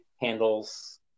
handles